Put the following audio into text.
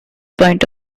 point